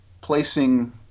placing